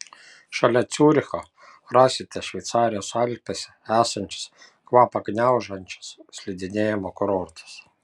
šalia ciuricho rasite šveicarijos alpėse esančius kvapą gniaužiančius slidinėjimo kurortus